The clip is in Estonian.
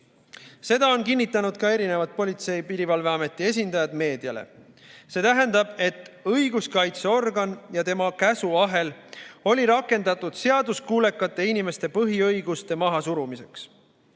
Seda on kinnitanud ka Politsei‑ ja Piirivalveameti esindajad meediale. See tähendab, et õiguskaitseorgan ja tema käsuahel oli rakendatud seaduskuulekate inimeste põhiõiguste mahasurumiseks.